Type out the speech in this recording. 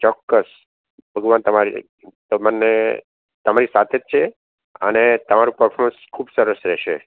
ચોક્કસ ભગવાન તમારી તમને તમારી સાથે જ છે અને તમારું પર્ફોમસ ખૂબ સરસ રેસે